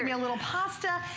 a little pasta.